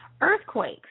earthquakes